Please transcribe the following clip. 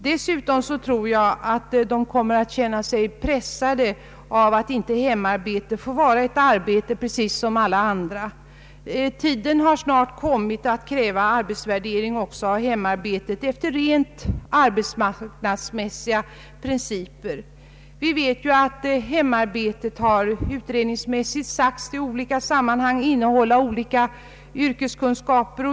Dessutom tror jag att de kommer att känna sig pressade av att inte hemmaarbetet får vara ett arbete precis som alla andra. Tiden har snart kommit att kräva arbetsvärdering också av hemarbetet. Vi vet ju att hemmaarbetet av utredningar i olika sammanhang har sagts innehålla skilda yrkeskunskaper.